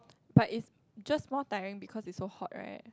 but is just more tiring because it's so hot right